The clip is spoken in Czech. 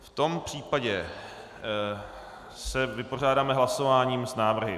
V tom případě se vypořádáme hlasováním s návrhy.